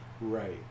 right